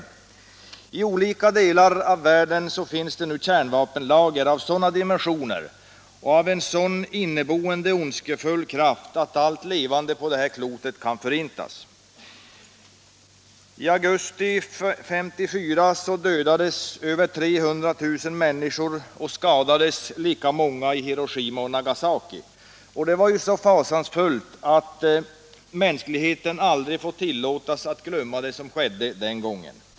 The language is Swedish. I olika delar av världen finns nu kärnvapenlager av sådana dimensioner och med en sådan inneboende ondskefull kraft att allt levande på vårt klot kan förintas. I augusti 1945 dödades över 300 000 människor och skadades lika många i Hiroshima och Nagasaki. Detta var så fasansfullt att mänskligheten aldrig får tillåtas att glömma det som skedde den gången.